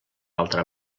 altra